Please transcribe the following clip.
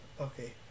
Okay